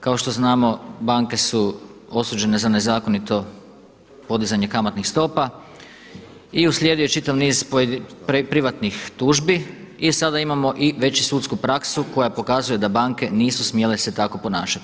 Kao što znamo banke su osuđene za nezakonito podizanje kamatnih stopa i uslijedio je čitav niz privatnih tužbi i sada imamo već i sudsku praksu koja pokazuje da banke nisu se smjele tako ponašati.